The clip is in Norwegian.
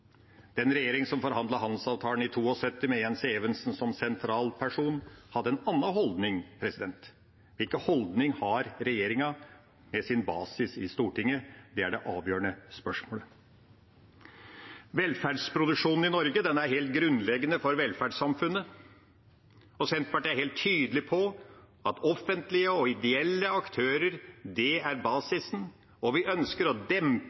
Den regjering som forhandlet handelsavtalen i 1972, med Jens Evensen som sentral person, hadde en annen holdning. Hvilken holdning har regjeringa, med sin basis i Stortinget? Det er det avgjørende spørsmålet. Velferdsproduksjonen i Norge er helt grunnleggende for velferdssamfunnet. Senterpartiet er helt tydelig på at offentlige og ideelle aktører er basisen, og vi ønsker